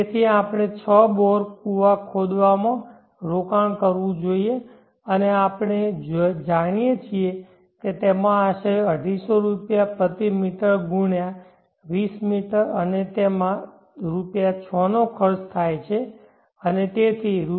તેથી આપણે 6 બોર કુવા ખોદવામાં રોકાણ કરવું જોઈએ અને આપણે જાણીએ છીએ કે તેમાં આશરે 250 રૂપિયા પ્રતિ મીટર ગુણ્યાં 20 મીટર અને તેમા ના 6 ખર્ચ થાય છે અને તેથી તે રૂ